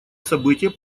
событие